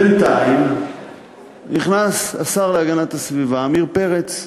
בינתיים נכנס השר להגנת הסביבה עמיר פרץ,